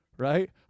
right